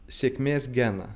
sėkmės geną